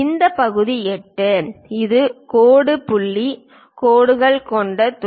இந்த பகுதி 8 இது கோடு புள்ளி கோடுகள் கொண்ட துளை